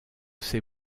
ses